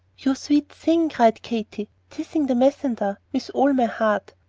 you sweet thing! cried katy, tissing the messender with all her heart.